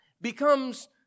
becomes